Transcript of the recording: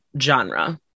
genre